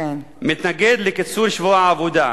מתנגד לקיצור שבוע העבודה.